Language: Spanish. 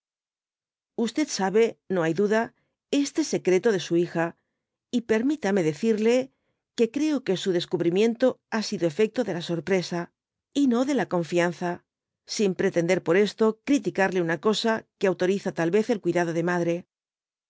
sabe no hay duda este secreto de su hija y permitame decirle que creo que su descubrimiento ha sido efecto de la sorpresa y no de la confianza sin pretender por esto criticarle una cosa que autoriza tal yezel cuioado de madre